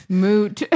moot